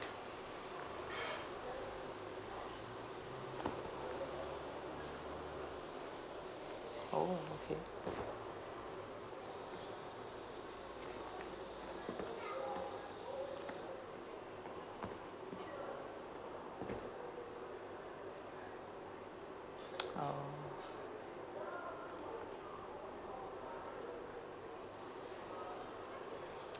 oh okay err